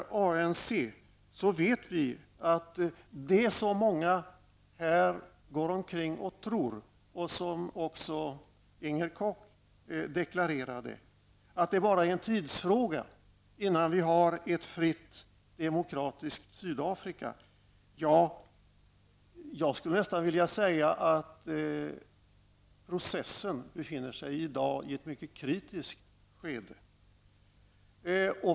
Samtidigt vet vi att många går omkring och tror -- och det deklarerade också Inger Koch -- att det bara är en tidsfråga innan vi har ett demokratiskt och fritt Sydafrika. Jag vill nog säga att denna frigörelseprocess i dag befinner sig i ett mycket kritiskt skede.